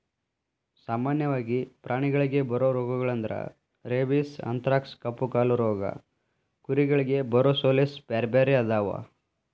ಸಾಮನ್ಯವಾಗಿ ಪ್ರಾಣಿಗಳಿಗೆ ಬರೋ ರೋಗಗಳಂದ್ರ ರೇಬಿಸ್, ಅಂಥರಾಕ್ಸ್ ಕಪ್ಪುಕಾಲು ರೋಗ ಕುರಿಗಳಿಗೆ ಬರೊಸೋಲೇಸ್ ಬ್ಯಾರ್ಬ್ಯಾರೇ ಅದಾವ